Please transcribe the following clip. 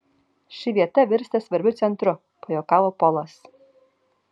ši vieta virsta svarbiu centru pajuokavo polas